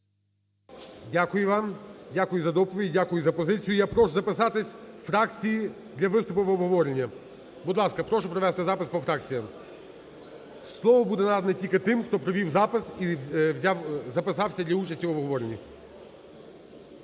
Дякую вам, дякую за доповідь, дякую за позицію. Я прошу записатись фракції для виступу в обговоренні. Будь ласка, прошу провести запис по фракціям. Слово буде надане тільки тим хто провів запис і записався для участі в обговоренні.